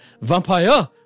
Vampire